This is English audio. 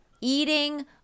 eating